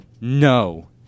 No